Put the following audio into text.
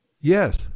Yes